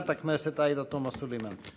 חברת הכנסת עאידה תומא סלימאן.